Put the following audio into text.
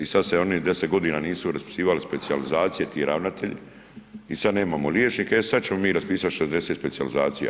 I sada se oni 10 godina nisu raspisivali specijalizacije ti ravnatelji i sad nemamo liječnike e sad ćemo mi raspisati 60 specijalizacija.